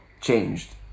changed